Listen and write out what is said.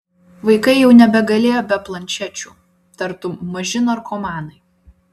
vaikai jau nebegalėjo be planšečių tartum maži narkomanai